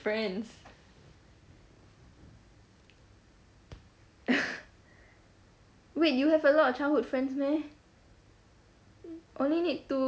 friends wait you have a lot of childhood friends meh only need two